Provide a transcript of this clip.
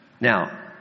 Now